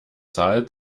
zahlt